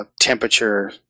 temperature